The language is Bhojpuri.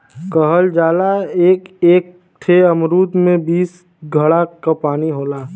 कहल जाला एक एक ठे अमरूद में बीस घड़ा क पानी होला